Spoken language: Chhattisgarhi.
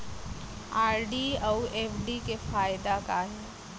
आर.डी अऊ एफ.डी के फायेदा का हे?